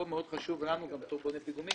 פה חשוב לנו מאוד בתור בוני פיגומים